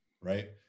Right